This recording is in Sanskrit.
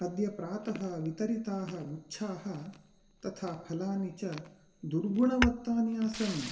अद्य प्रातः वितरिताः गुच्छाः तथा फलानि च दुर्गुणवत्तानि आसन्